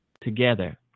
together